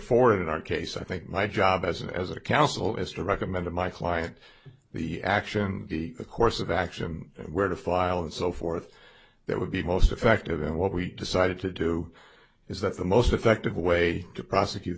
forward in our case i think my job as an as a council is to recommend to my client the action a course of action where to file and so forth that would be most effective and what we decided to do is that the most effective way to prosecute